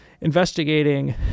investigating